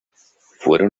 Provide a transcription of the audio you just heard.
fueron